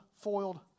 foiled